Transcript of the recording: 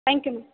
thank you ma'am